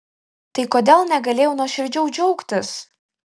tai kodėl negalėjau nuoširdžiau džiaugtis